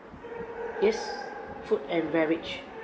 yes food and beverage